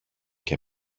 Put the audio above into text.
και